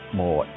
more